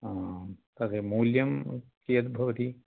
तत् मूल्यं कियद्भवति